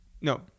No